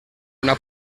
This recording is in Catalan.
una